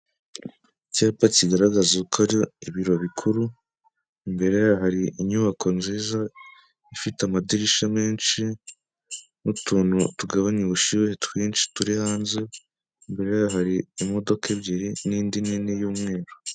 Icyapa kigaragaza ko ari ibiro bikuru, imbere yaho hari inyubako nziza ifite amadirishya menshi n'utuntu tugabanya ubushyuhe twinshi turi hanze, imbere yaho hari imodoka ebyiri n'indi nini y'umweru.